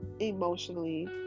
emotionally